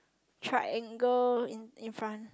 triangle in in front